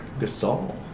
Gasol